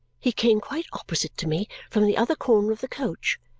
he came quite opposite to me from the other corner of the coach,